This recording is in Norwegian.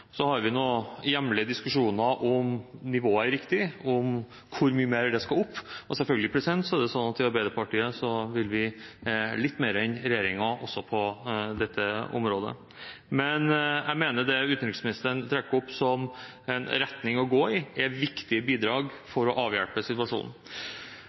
Så har vi noen hjemlige diskusjoner om nivået er riktig, og om hvor mye mer det skal opp. Selvfølgelig er det sånn at vi i Arbeiderpartiet vil litt mer enn regjeringen, også på dette området, men jeg mener det utenriksministeren trekker opp som en retning å gå i, er viktige bidrag